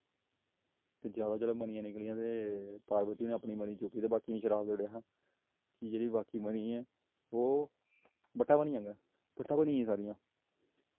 ते जादा जेल्लै मनियां निकलियां ते पार्वती न अपनी मणी चुक्की ते बाकियें गी शराप देई ओड़आ हा कि जेह्ड़ी बाकी मनी ऐ ओह् बट्टा बनी जाहग बट्टी बनी गेइयां सारियां